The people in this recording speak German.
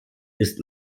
ist